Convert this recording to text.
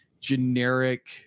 generic